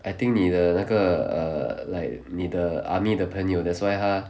I think 你的那个 err like 你的 army 的朋友 that's why 他